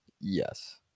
Yes